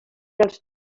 els